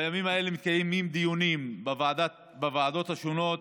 בימים אלו מתקיימים דיונים בוועדות השונות